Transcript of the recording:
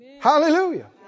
Hallelujah